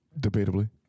debatably